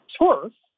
tourists